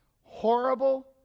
horrible